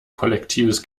kollektives